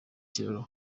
kiraro